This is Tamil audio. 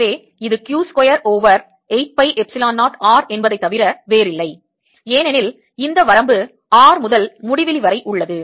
எனவே இது Q square over 8 by epsilon 0 R என்பதைத் தவிர வேறில்லை ஏனெனில் இந்த வரம்பு R முதல் முடிவிலி வரை உள்ளது